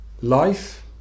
life